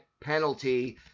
penalty